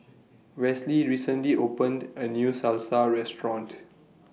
Westley recently opened A New Salsa Restaurant